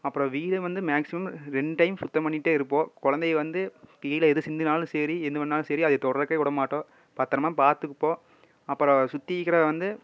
அப்புறம் வீட்ட வந்து மேக்ஸிமம் ரெண்டு டைம் சுத்தம் பண்ணிட்டே இருப்போம் குழந்தைய வந்து கீழே எது சிந்தினாலும் சரி எது பண்ணாலும் சரி அதை தொடுறதுக்கே விடமாட்டோம் பத்திரமா பார்த்துப்போம் அப்புறம் சுற்றி இருக்கிற வந்து